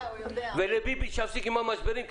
ולביבי שיפסיק עם המשברים,